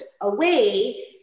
away